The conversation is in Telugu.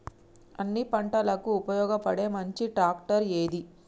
అన్ని పంటలకు ఉపయోగపడే మంచి ట్రాక్టర్ ఏది?